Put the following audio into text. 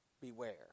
beware